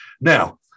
Now